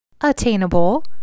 attainable